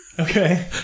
Okay